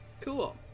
Cool